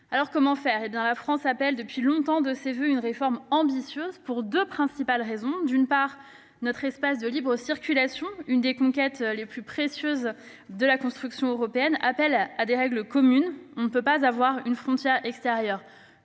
2016. Comment faire ? La France appelle depuis longtemps de ses voeux une réforme ambitieuse pour deux raisons principales. D'une part, parce que notre espace de libre circulation- une des conquêtes les plus précieuses de la construction européenne -appelle des règles communes : on ne peut avoir une frontière extérieure